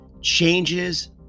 changes